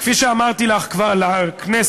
כפי שאמרתי לכנסת,